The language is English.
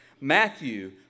Matthew